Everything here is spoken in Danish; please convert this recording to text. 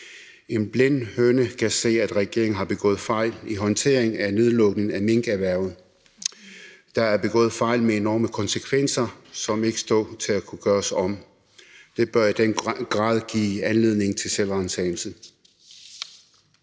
en blind høne kan se, at regeringen har begået fejl i håndteringen af nedlukningen af minkerhvervet. Der er begået fejl med enorme konsekvenser, som ikke kan gøres om. Det bør i den grad give anledning til selvransagelse.